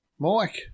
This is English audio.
Mike